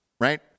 right